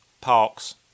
Parks